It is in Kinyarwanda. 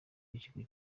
w’ikigo